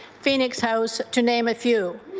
phoenix house to name a few.